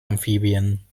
amphibien